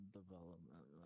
development